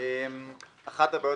אחת הבעיות